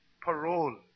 parole